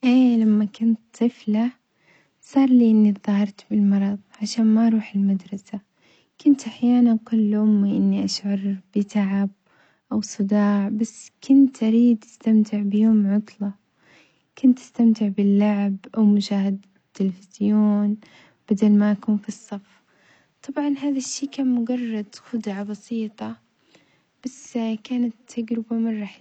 إي لما كنت طفلة صارلي إني اتظاهرت بالمرض عشان ما أروح المدرسة، كنت أحيانًا أقول لأمي إني أشعر بتعب أو صداع بس كنت أريد أستمتع بيوم عطلة، كنت أستمتع باللعب أو مشاهدة التليفزيون بدل ما أكون بالصف، طبعًا هذا الشي كان مجرد خدعة بسيطة بس كانت تجربة مرة حلوة.